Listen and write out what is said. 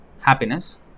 happiness